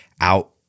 out